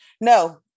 No